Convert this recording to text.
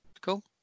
Cool